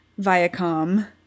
Viacom